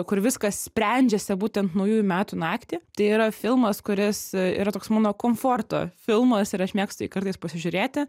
kur viskas sprendžiasi būtent naujųjų metų naktį tai yra filmas kuris yra toks mano komforto filmas ir aš mėgstu jį kartais pasižiūrėti